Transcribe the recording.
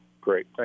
Great